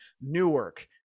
Newark